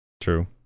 true